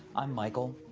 i'm michael.